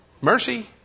mercy